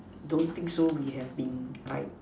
don't think so we have been like